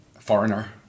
foreigner